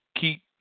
keep